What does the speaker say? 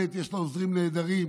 יש לה עוזרים נהדרים,